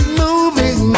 moving